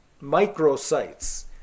micro-sites